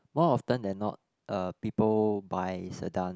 more often than not uh people buy Sedan